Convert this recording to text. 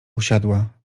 usiadła